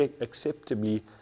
acceptably